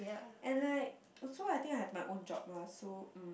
and like also I think I have my own job ah so mm